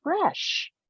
fresh